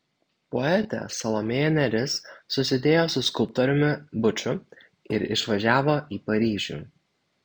poetė salomėja nėris susidėjo su skulptoriumi buču ir išvažiavo į paryžių